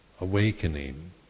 awakening